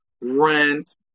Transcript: rent